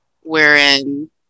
wherein